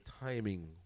timing